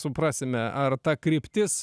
suprasime ar ta kryptis